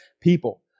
people